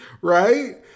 right